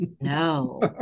No